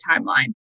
timeline